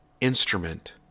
instrument